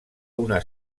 una